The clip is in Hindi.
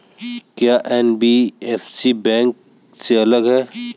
क्या एन.बी.एफ.सी बैंक से अलग है?